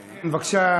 תמשיך, בבקשה.